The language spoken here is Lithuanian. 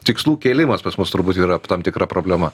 tikslų kėlimas pas mus turbūt yra tam tikra problema